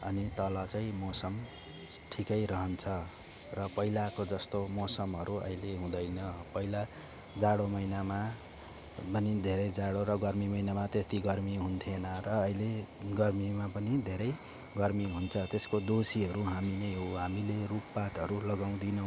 अनि तल चाहिँ मौसम ठिकै रहन्छ र पहिलाको जस्तो मौसमहरू अहिले हुँदैन पहिला जाडो महिनामा पनि धेरै जाडो र गर्मी महिनामा त्यति गर्मी हुन्थेन र अहिले गर्मीमा पनि धेरै गर्मी हुन्छ त्यसको दोषीहरू हामी नै हो हामीले रुखपातहरू लगाउँदैनौँ